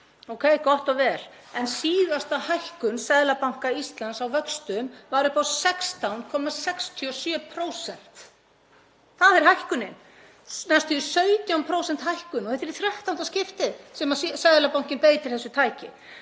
Ókei, gott og vel, en síðasta hækkun Seðlabanka Íslands á vöxtum var upp á 16,67%. Það er hækkunin. Næstum því 17% hækkun og þetta er í 13. skiptið sem Seðlabankinn beitir þessu tæki.